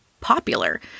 popular